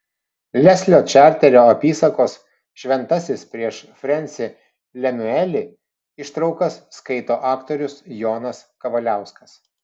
leslio čarterio apysakos šventasis prieš frensį lemiuelį ištraukas skaito aktorius jonas kavaliauskas